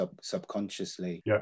subconsciously